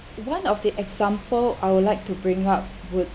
one of the example I would like to bring up would